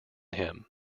him